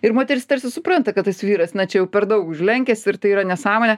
ir moteris tarsi supranta kad tas vyras na čia jau per daug užlenkęs ir tai yra nesąmonė